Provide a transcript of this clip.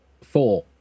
four